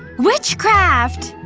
witchcraft!